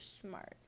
smart